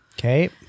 Okay